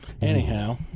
Anyhow